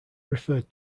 referred